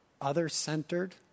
other-centered